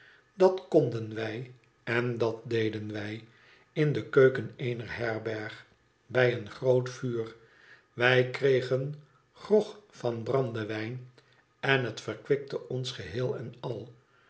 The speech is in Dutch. dat konden wij en dat deden wij in de keuken eener herberg bij een groot vuur wij kregen grog van brandewijn j en het verkwikte ons geheel en al